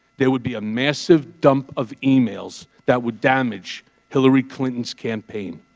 there would be a massive dump of emails that would damage hillary clinton's campaign.